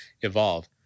evolve